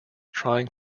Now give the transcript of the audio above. trying